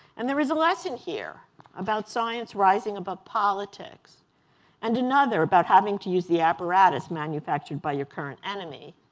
and there is a lesson here about science rising above politics and another about having to use the apparatus manufactured by your current enemy.